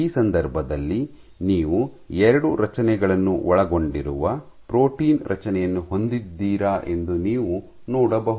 ಈ ಸಂದರ್ಭದಲ್ಲಿ ನೀವು ಎರಡು ರಚನೆಗಳನ್ನು ಒಳಗೊಂಡಿರುವ ಪ್ರೋಟೀನ್ ರಚನೆಯನ್ನು ಹೊಂದಿದ್ದೀರಾ ಎಂದು ನೀವು ನೋಡಬಹುದು